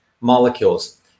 molecules